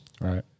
Right